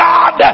God